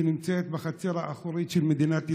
שנמצאת בחצר האחורית של מדינת ישראל,